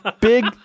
Big